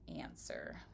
answer